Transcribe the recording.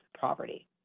poverty